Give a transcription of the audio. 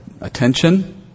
attention